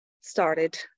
started